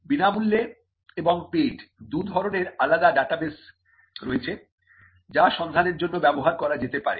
বিনামূল্যে এবং পেইড দুধরনের আলাদা ডেটাবেস রয়েছে যা সন্ধানের জন্য ব্যবহার করা যেতে পারে